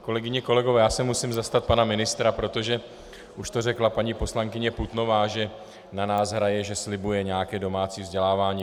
Kolegyně a kolegové, já se musím zastat pana ministra, protože už to řekla paní poslankyně Putnová, že na nás hraje, že slibuje nějaké domácí vzdělávání.